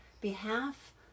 behalf